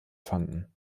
fanden